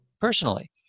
personally